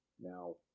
Now